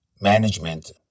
management